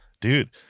dude